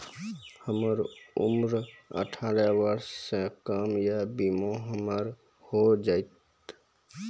हमर उम्र अठारह वर्ष से कम या बीमा हमर हो जायत?